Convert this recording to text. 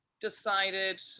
decided